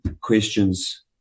questions